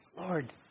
Lord